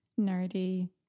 nerdy